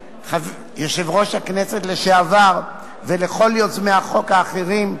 יושבת-ראש הכנסת לשעבר, ולכל יוזמי החוק האחרים,